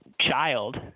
child